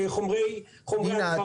חומרי הדברה.